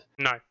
No